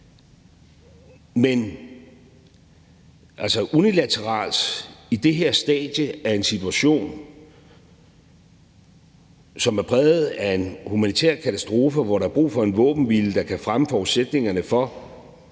Men unilateralt i det her stadie af en situation, som er præget af en humanitær katastrofe, og hvor der er brug for en våbenhvile, der kan fremme forudsætningerne for,